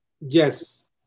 Yes